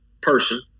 person